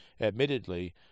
Admittedly